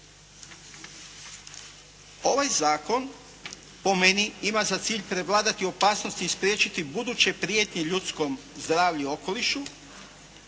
Ovaj zakon po meni ima za cilj prevladati opasnosti i spriječiti buduće prijetnje ljudskom zdravlju i okolišu.